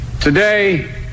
Today